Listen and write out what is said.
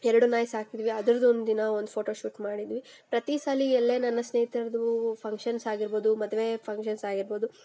ಎರಡು ನಾಯಿ ಸಾಕಿದ್ವಿ ಅದ್ರದ್ದು ಒಂದು ದಿನ ಒಂದು ಫೋಟೋ ಶೂಟ್ ಮಾಡಿದ್ವಿ ಪ್ರತಿ ಸಲ ಎಲ್ಲೇ ನನ್ನ ಸ್ನೇಹಿತರದ್ದು ಫಂಕ್ಷನ್ಸ್ ಆಗಿರ್ಬೋದು ಮದುವೆ ಫಂಕ್ಷನ್ಸ್ ಆಗಿರ್ಬೋದು